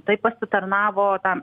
tai pasitarnavo tam